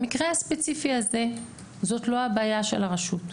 במקרה הספציפי הזה זאת לא הבעיה של הרשות,